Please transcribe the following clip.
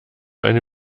eine